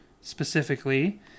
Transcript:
specifically